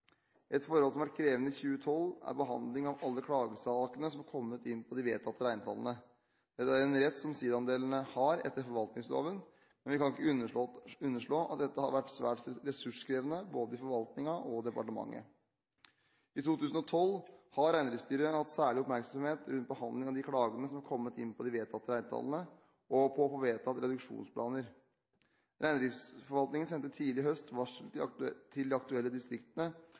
et bærekraftig nivå. Ett forhold som har vært krevende i 2012, er behandlingen av alle klagesakene som er kommet inn på de vedtatte reintallene. Dette er en rett som siidaandelene har etter forvaltningsloven, men vi kan ikke underslå at dette har vært svært ressurskrevende både i forvaltningen og i departementet. I 2012 har Reindriftsstyret hatt særlig oppmerksomhet på behandling av de klagene som er kommet inn på de vedtatte reintallene, og på å få vedtatt reduksjonsplaner. Reindriftsforvaltningen sendte tidlig i høst ut varsel til de aktuelle distriktene